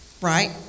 Right